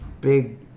big